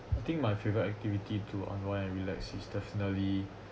I think my favorite activity to unwind and relax is definitely